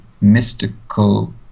mystical